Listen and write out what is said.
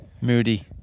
moody